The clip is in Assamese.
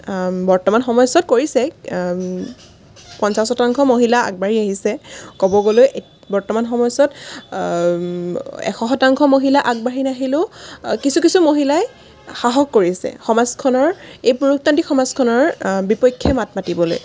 বৰ্তমান সময়চোৱাত কৰিছে পঞ্চাছ শতাংশ মহিলা আগবাঢ়ি আহিছে ক'ব গ'লে বৰ্তমান সময়চোৱাত এশ শতাংশ মহিলা আগবাঢ়ি নাহিলেও কিছু কিছু মহিলাই সাহস কৰিছে সমাজখনৰ এই পুৰুষতান্ত্ৰিক সমাজখনৰ বিপক্ষে মাত মাতিবলৈ